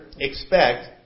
expect